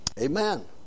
Amen